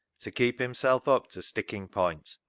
to keep himself up to sticking point,